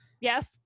yes